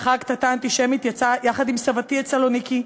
לאחר קטטה אנטישמית יצא יחד עם סבתי את סלוניקי,